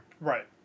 right